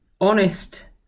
honest